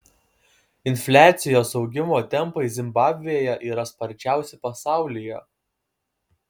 infliacijos augimo tempai zimbabvėje yra sparčiausi pasaulyje